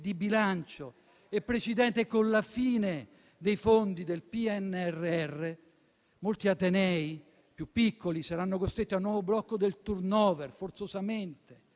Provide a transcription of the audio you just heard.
di bilancio. Presidente, con la fine dei fondi del PNRR molti atenei più piccoli saranno costretti a un nuovo blocco del *turnover*, forzosamente,